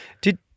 Did-